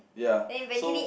ya so